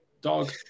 dog